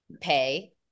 pay